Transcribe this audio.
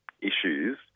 issues